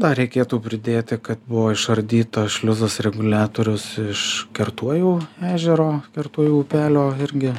na reikėtų pridėti kad buvo išardytas šliuzas reguliatorius iš kertuojų ežero kertuojų upelio irgi